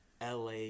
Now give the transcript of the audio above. LA